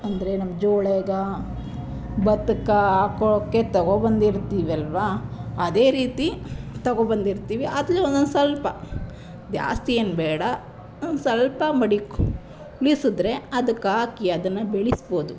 ಅಂದರೆ ನಮ್ಮ ಜೋಳಗ ಭತ್ತಕ್ಕೆ ಹಾಕೋಕೆ ತೊಗೋ ಬಂದಿರ್ತೀವಿ ಅಲ್ವ ಅದೇ ರೀತಿ ತೊಗೋ ಬಂದಿರ್ತೀವಿ ಅದನ್ನೇ ಒಂದೊಂದು ಸ್ವಲ್ಪ ಜಾಸ್ತಿ ಏನು ಬೇಡ ಒಂದು ಸ್ವಲ್ಪ ಮಡಿಕೆ ಮೀಗ್ಸದ್ರೆ ಅದಕ್ಕೆ ಹಾಕಿ ಅದನ್ನು ಬೆಳೆಸ್ಬೋದು